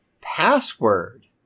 password